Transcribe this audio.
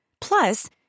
Plus